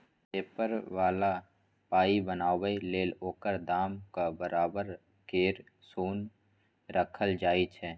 paper बला पाइ बनाबै लेल ओकर दामक बराबर केर सोन राखल जाइ छै